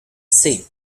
same